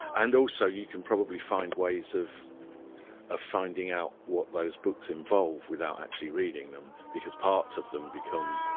and also you can probably find ways of of finding out what those books involve without actually reading them, because parts of them become